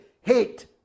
hate